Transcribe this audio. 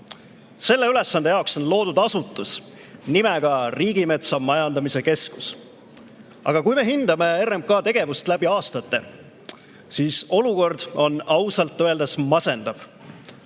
Selle ülesande jaoks on loodud asutus nimega Riigimetsa Majandamise Keskus. Aga kui me hindame RMK tegevust läbi aastate, siis olukord on ausalt öeldes masendav.